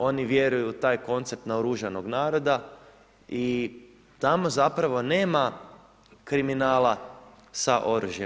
Oni vjeruju u taj koncept naoružanog naroda i tamo zapravo nema kriminala sa oružjem.